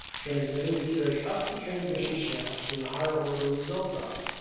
transmitting the carry up the transmission shaft to the higher order result dial.